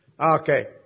Okay